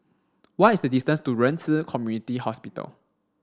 what is the distance to Ren Ci Community Hospital